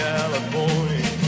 California